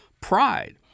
pride